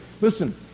listen